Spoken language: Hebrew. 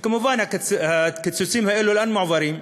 וכמובן, הקיצוצים האלה לאן מועברים?